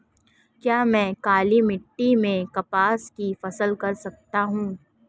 क्या मैं काली मिट्टी में कपास की फसल कर सकता हूँ?